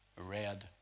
Red